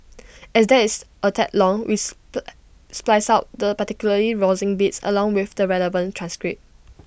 as that is A tad long with the spliced out the particularly rousing bits along with the relevant transcript